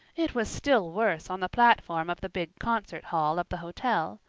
it was still worse on the platform of the big concert hall of the hotel,